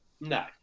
No